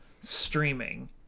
streaming